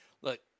Look